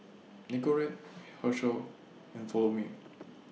Nicorette Herschel and Follow Me